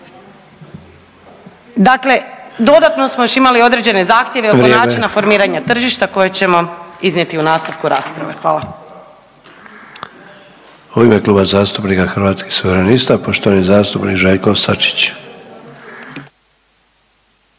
Dakle, dodatno smo još imali određene zahtjeve …/Upadica: Vrijeme./… oko načina formiranja tržišta koje ćemo iznijeti u nastavku rasprave. Hvala. **Sanader, Ante (HDZ)** U ime Kluba zastupnika Hrvatskih suverenista, poštovani zastupnik Željko Sačić.